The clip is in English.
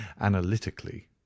analytically